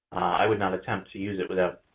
i would not attempt to use it without